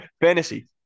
Fantasy